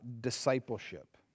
discipleship